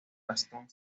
gastón